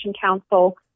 council